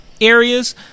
areas